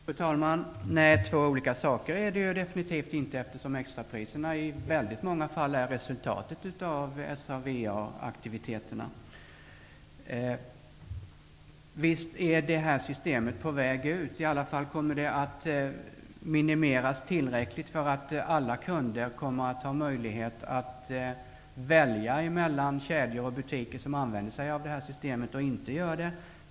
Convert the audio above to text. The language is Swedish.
Fru talman! Nej, två olika saker är det definitivt inte, eftersom extrapriserna i väldigt många fall är resultatet av SA/VA-aktiviteterna. Visst är sådana på väg ut, i alla fall kommer de att minimeras tillräckligt för att alla kunder skall ha möjlighet att välja mellan kedjor och butiker som använder sig av sådant och sådana som inte gör det.